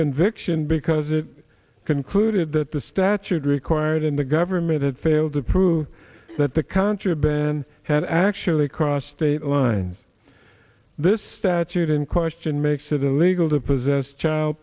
conviction because it concluded that the statute required and the government had failed to prove that the contraband had actually crossed state lines this statute in question makes it illegal to possess child